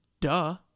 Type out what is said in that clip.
Duh